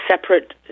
separate